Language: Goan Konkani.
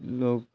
लोक